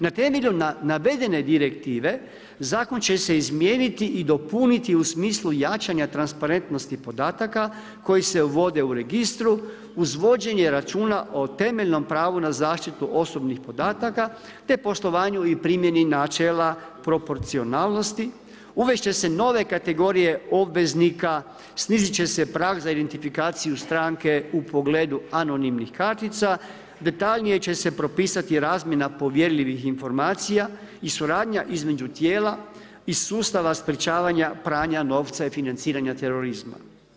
Na temelju navedene direktive, zakon će se izmijeniti i dopuniti u smislu jačanja transparentnosti podataka koji se vode u registru, uz vođenje računa o temeljnom pravu na zaštitu osobnih podataka te poslovanju i primjeni načela proporcionalnosti, uvest će se nove kategorije obveznika, snizit će se prag za identifikaciju stranke u pogledu anonimnih kartica, detaljnije će se propisati razmjena povjerljivih informacija i suradnja između tijela iz sustava sprečavanja pranja novca i financiranja terorizma.